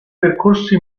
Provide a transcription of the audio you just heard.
percorsi